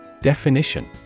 Definition